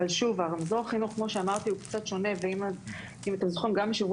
הרמזור חינוך כמו שאמרתי הוא קצת שונה ואם אתם זוכרים גם בשבוע